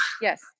Yes